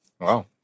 Wow